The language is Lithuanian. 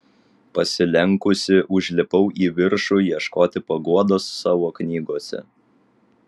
pasilenkusi užlipau į viršų ieškoti paguodos savo knygose